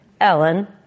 Ellen